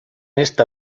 esta